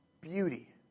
beauty